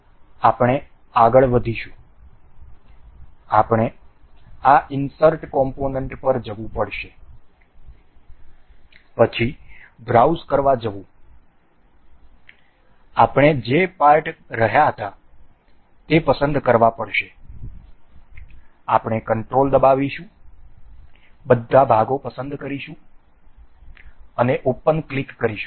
આપણે આગળ વધીશું આપણે આ ઇન્સર્ટ કોમ્પોનન્ટ પર જવું પડશે પછી બ્રાઉઝ કરવા જવું આપણે જે પાર્ટ રહ્યા હતા તે પસંદ કરવા પડશે આપણે કંટ્રોલ કરીશું બધા ભાગો પસંદ કરીશું અને ઓપન ક્લિક કરીશું